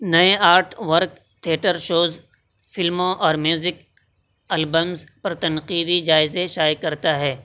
نئے art work theatre shows فلموں اور میوزک البنس پر تنقیدی جائزے شائع کرتا ہے